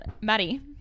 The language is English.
Maddie